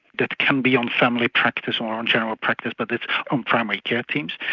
that can be on family practice or on general ah practice but it's on primary care teams.